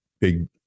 big